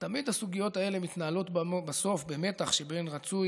תמיד הסוגיות האלה מתנהלות בסוף במתח שבין רצוי